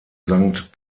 sankt